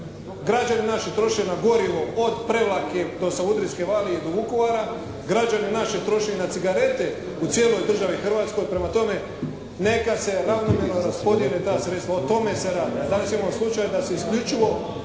Građani naši troše na gorivo od Prevlake do Savudrijske vale i do Vukovara. Građani naši troše i na cigarete u cijeloj državi Hrvatskoj. Prema tome, neka se ravnomjerno raspodijele ta sredstva. O tome se radi. A danas imamo slučaj da se isključivo